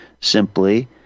simply